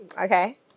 Okay